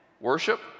worship